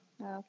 Okay